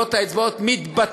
טביעות האצבע מתבטל,